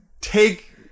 take